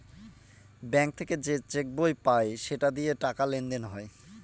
bank থেকে যে cheque বই পায় সেটা দিয়ে টাকা লেনদেন হয়